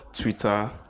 Twitter